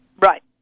Right